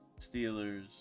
Steelers